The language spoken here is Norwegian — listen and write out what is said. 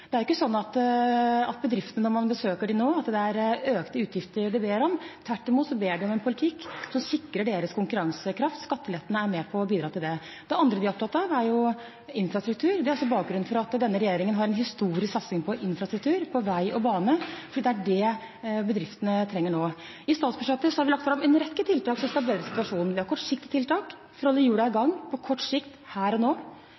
Det er ikke sånn at bedriftene man besøker nå, ber om økte utgifter. Tvert imot ber de om en politikk som sikrer deres konkurransekraft. Skattelettene er med på å bidra til det. Det andre de er opptatt av, er infrastruktur. Det er også bakgrunnen for at denne regjeringen har en historisk satsing på infrastruktur, på vei og bane, fordi det er det bedriftene trenger nå. I statsbudsjettet har vi lagt fram en rekke tiltak som skal bedre situasjonen. Vi har kortsiktige tiltak for å holde hjulene i gang på kort sikt, her og nå,